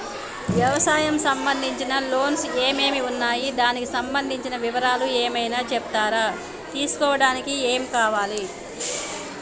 వ్యవసాయం సంబంధించిన లోన్స్ ఏమేమి ఉన్నాయి దానికి సంబంధించిన వివరాలు ఏమైనా చెప్తారా తీసుకోవడానికి ఏమేం కావాలి?